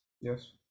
yes